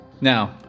Now